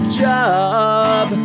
job